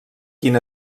quin